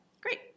Great